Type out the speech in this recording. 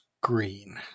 green